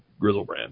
Grizzlebrand